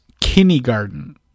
Kindergarten